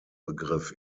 begriff